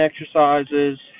exercises